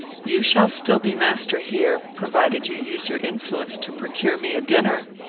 you shall still be master here, provided you use your influence to procure me a dinner.